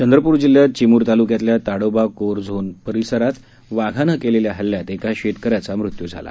चंद्रपूर जिल्ह्यात चिमूर तालुक्यातल्या Tadoba core zone परिसरात वाघानं केलेल्या हल्ल्यात एका शेतकऱ्याचा मृत्यू झाला